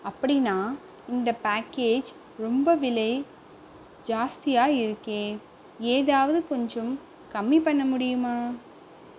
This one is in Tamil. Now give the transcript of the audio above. அப்படின்னா இந்த பேக்கேஜ் ரொம்ப விலை ஜாஸ்தியாக இருக்கே ஏதாவது கொஞ்சம் கம்மி பண்ண முடியுமா